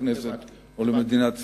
לכנסת או למדינת ישראל.